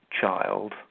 child